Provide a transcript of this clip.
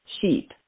sheep